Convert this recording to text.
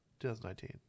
2019